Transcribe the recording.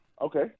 Okay